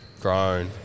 grown